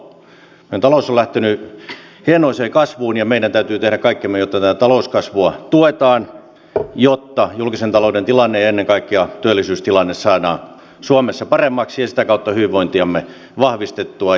meidän taloutemme on lähtenyt hienoiseen kasvuun ja meidän täytyy tehdä kaikkemme jotta tätä talouskasvua tuetaan jotta julkisen talouden tilanne ja ennen kaikkea työllisyystilanne saadaan suomessa paremmaksi ja sitä kautta hyvinvointiamme ja tulevaisuudenuskoa vahvistettua